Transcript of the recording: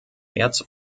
märz